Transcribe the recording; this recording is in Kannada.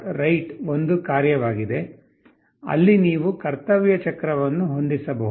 write ಒಂದು ಕಾರ್ಯವಾಗಿದೆ ಅಲ್ಲಿ ನೀವು ಕರ್ತವ್ಯ ಚಕ್ರವನ್ನು ಹೊಂದಿಸಬಹುದು